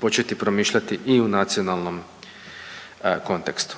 početi promišljati i u nacionalnom kontekstu.